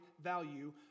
value